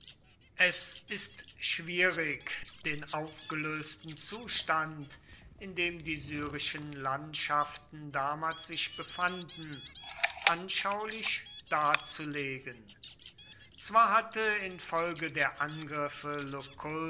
es ist schwierig den aufgelösten zustand in dem die syrischen landschaften damals sich befanden anschaulich darzulegen zwar hatte infolge der angriffe